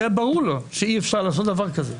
זה היה ברור לו שאי אפשר לעשות דבר כזה.